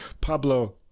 Pablo